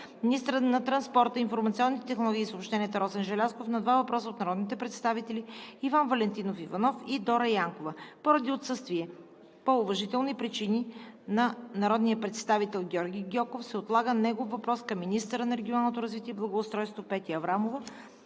министърът на транспорта, информационните технологии и съобщенията Росен Желязков – на 2 въпроса от народните представители Иван Валентинов Иванов и Дора Янкова. Поради отсъствие по уважителни причини на народния представител Георги Гьоков се отлага негов въпрос към министъра на регионалното развитие и благоустройството Петя Аврамова.